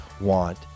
want